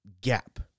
gap